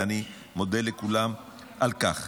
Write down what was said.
ואני מודה לכולם על כך.